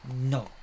No